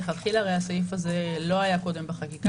מלכתחילה הסעיף הזה לא היה בחקיקה.